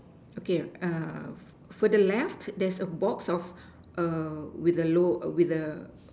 okay uh for the left there's a box of err with a low with a